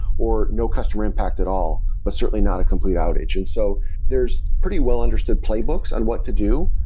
or no customer impact at all, but certainly not a complete outage. and so there's pretty well understood playbooks on what to do,